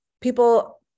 people